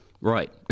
Right